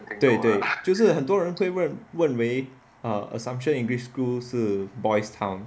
对对就是很多人会认为 assumption english school 是 boys' town